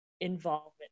involvement